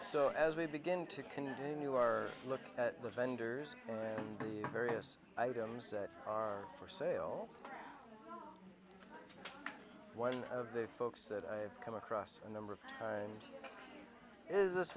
so as we begin to continue our look at the vendors and the various items that are for sale one of the folks that i've come across a number of and it is this